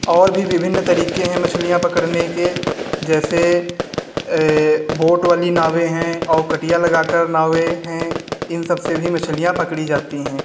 और भी विभिन्न तरीके हैं मछलियां पकड़ने के जैसे बोट वाली नावें हैं और कटिया लगाकर नावें हैं इन सब से भी मछलियां पकड़ी जाती हैं